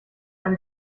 eine